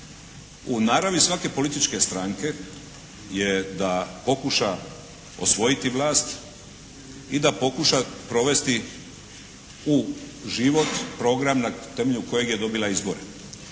U naravi svake političke stranke je da pokuša osvojiti vlast i da pokuša provesti u život program na temelju kojeg je dobila izbore.